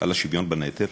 על השוויון בנטל.